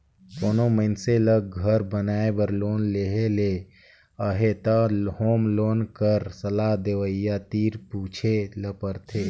कोनो मइनसे ल घर बनाए बर लोन लेहे ले अहे त होम लोन कर सलाह देवइया तीर पूछे ल परथे